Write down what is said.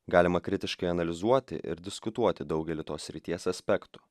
galima kritiškai analizuoti ir diskutuoti daugelį tos srities aspektų